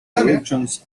productions